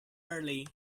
early